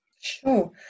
sure